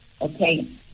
okay